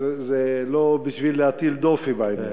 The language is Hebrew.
זה לא בשביל להטיל דופי בעניין,